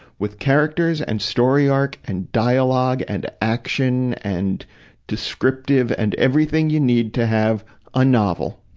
with characters and story arc and dialogue and action and descriptive and everything you need to have a novel.